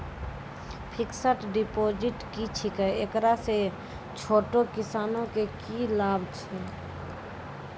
Fixed deposit की छिकै, एकरा से छोटो किसानों के की लाभ छै?